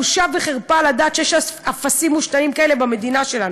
בושה וחרפה לדעת שיש אפסים מושתנים כאלה במדינה שלנו.